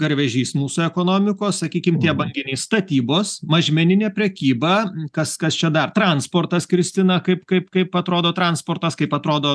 garvežys mūsų ekonomikos sakykim tie banginiai statybos mažmeninė prekyba kas kas čia dar transportas kristina kaip kaip kaip atrodo transportas kaip atrodo